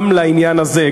גם לעניין הזה,